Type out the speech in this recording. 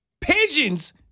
Pigeons